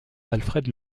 alfred